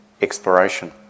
exploration